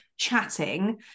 chatting